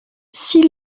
six